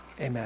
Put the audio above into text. amen